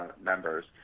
members